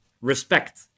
respect